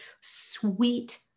sweet